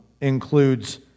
includes